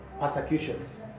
persecutions